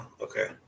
okay